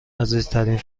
عزیزترین